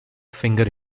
finger